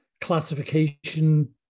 classification